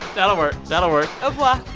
that'll work. that'll work au revoir